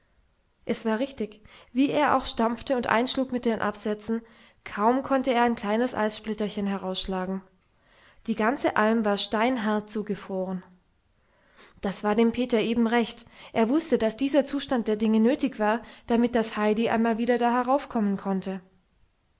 es war richtig wie er auch stampfte und einschlug mit den absätzen kaum konnte er ein kleines eissplitterchen herausschlagen die ganze alm war steinhart zugefroren das war dem peter eben recht er wußte daß dieser zustand der dinge nötig war damit das heidi einmal wieder da heraufkommen konnte